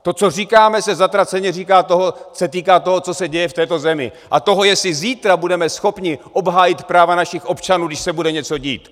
To, co říkáme, se zatraceně týká toho, co se děje v této zemi, a toho, jestli zítra budeme schopni obhájit práva našich občanů, když se bude něco dít.